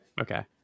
Okay